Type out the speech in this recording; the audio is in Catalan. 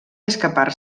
escapar